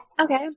Okay